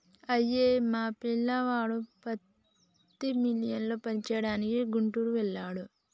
అయ్యో మా పిల్లోడు పత్తి మిల్లులో పనిచేయడానికి గుంటూరు వెళ్ళాడు